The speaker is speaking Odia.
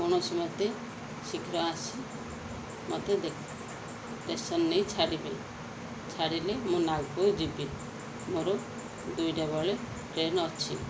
କୌଣସି ମତେ ଶୀଘ୍ର ଆସି ମତେ ଦେଖ ଷ୍ଟେସନ୍ ନେଇ ଛାଡ଼ିବେ ଛାଡ଼ିଲେ ମୁଁ କୁୁ ଯିବି ମୋର ଦୁଇଟା ବେଳେ ଟ୍ରେନ୍ ଅଛି